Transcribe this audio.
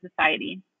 society